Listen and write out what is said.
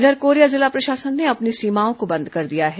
इधर कोरिया जिला प्रशासन ने अपनी सीमाओं को बंद कर दिया है